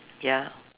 ya